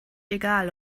egal